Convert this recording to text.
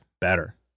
better